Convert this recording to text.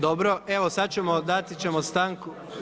Dobro, evo sada ćemo, dati ćemo stanku.